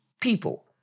people